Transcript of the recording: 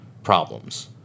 problems